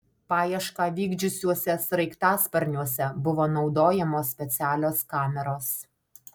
paiešką vykdžiusiuose sraigtasparniuose buvo naudojamos specialios kameros